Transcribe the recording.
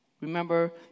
Remember